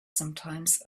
sometimes